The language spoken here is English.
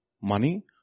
money